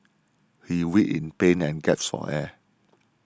he writhed in pain and gasped for air